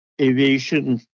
Aviation